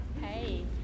Hey